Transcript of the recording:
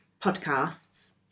podcasts